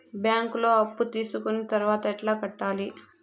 బ్యాంకులో అప్పు తీసుకొని తర్వాత ఎట్లా కట్టాలి?